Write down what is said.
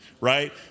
right